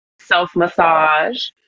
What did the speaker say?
Self-massage